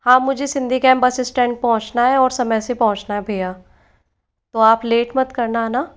हाँ मुझे सिंधीकेम बस स्टैंड पहुँचना है ओर समय से पहुँचना है भैया तो आप लेट मत करना है न